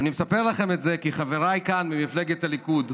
אני מספר לכם את זה כי חבריי כאן ממפלגת הליכוד,